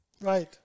right